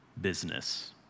business